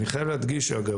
אני חייב להדגיש אגב,